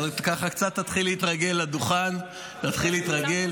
אבל ככה תתחיל להתרגל קצת לדוכן, תתחיל להתרגל.